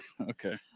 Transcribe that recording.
Okay